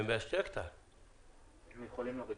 הישיבה נעולה.